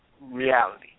reality